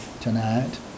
tonight